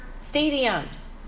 stadiums